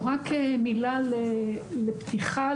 ורק מילה לפתיחה,